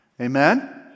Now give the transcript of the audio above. Amen